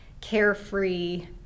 carefree